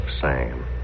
Sam